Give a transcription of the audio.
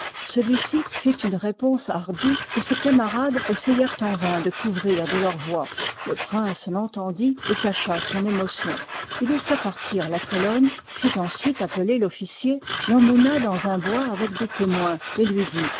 celui-ci fit une réponse hardie que ses camarades essayèrent en vain de couvrir de leur voix le prince tcntendit et cacha son émotion il laissa partir la cplonne fit ensuite appeler fofficier temmena dans un bois avec des témoins et lui dit